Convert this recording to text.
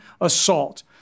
assault